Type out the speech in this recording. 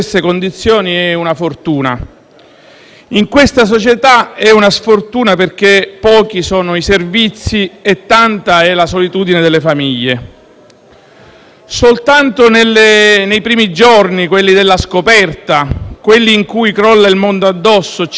In questa società è una sfortuna perché pochi sono i servizi e tanta è la solitudine delle famiglie. Soltanto nei primi giorni, quelli della scoperta, quelli in cui crolla il mondo addosso ci chiediamo: «Perché proprio a me?».